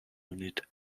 unit